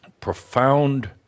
profound